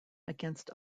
against